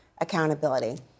accountability